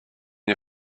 you